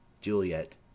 Juliet